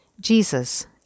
Jesus